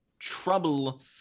Trouble